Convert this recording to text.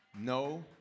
No